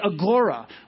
Agora